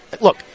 look